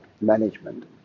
management